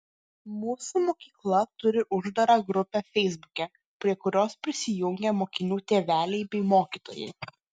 mūsų mokykla turi uždarą grupę feisbuke prie kurios prisijungę mokinių tėveliai bei mokytojai